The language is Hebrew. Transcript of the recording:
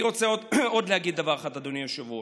אני רוצה להגיד עוד דבר אחד, אדוני היושב-ראש: